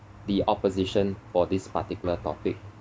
the opposition for this particular topic